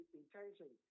intention